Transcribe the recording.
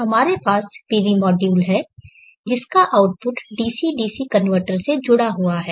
हमारे पास एक पीवी मॉड्यूल है जिसका आउटपुट डीसी डीसी कनवर्टर से जुड़ा हुआ है